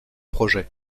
projet